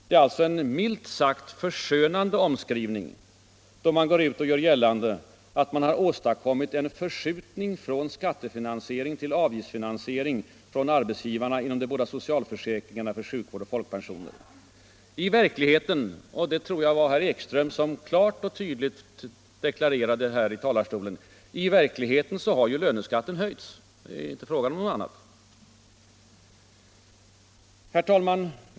Det är alltså en milt sagt förskönande omskrivning, då man går ut och gör gällande, att man har åstadkommit en ”förskjutning från skattefinansiering till avgiftsfinansiering från arbetsgivarna inom de båda socialförsäkringarna för sjukvård och folkpensioner”. I verkligheten — det förklarade herr Ekström klart och tydligt i talarstolen — har löneskatten höjts. Herr talman!